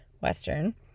western